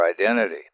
identity